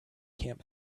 camp